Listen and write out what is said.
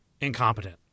incompetent